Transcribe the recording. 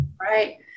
Right